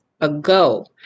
ago